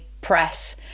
press